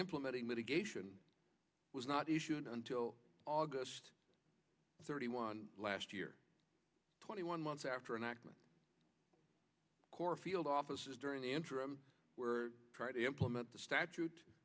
implementing mitigation was not issued until august thirty one last year twenty one months after an accident or field offices during the interim try to implement the statute